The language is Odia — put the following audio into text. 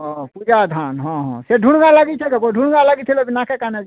ଅ ପୂଜା ଧାନ୍ ହଁ ହଁ ସେ ଧୂଲ୍ବା ଲାଗି ସେ ଧୂଲ୍ବା ଲାଗିଥିଲେ ନାକେ କାନେ